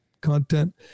content